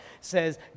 says